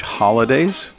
holidays